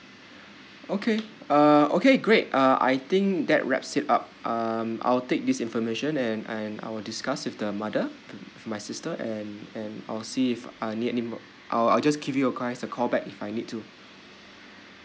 okay uh okay great uh I think that wrap it up um I'll take this information and and I will discuss with the mother my sister and and I'll see if I need anymore I I'll just give you guys a call back if I need to